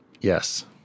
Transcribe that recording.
Yes